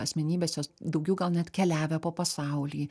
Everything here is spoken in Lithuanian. asmenybės jos daugiau gal net keliavę po pasaulį